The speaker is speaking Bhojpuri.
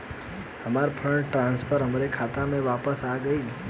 हमार फंड ट्रांसफर हमार खाता में वापस आ गइल